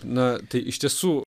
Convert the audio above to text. na tai iš tiesų